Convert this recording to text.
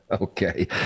okay